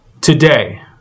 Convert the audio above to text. today